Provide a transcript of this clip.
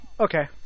okay